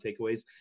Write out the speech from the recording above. takeaways